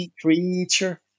creature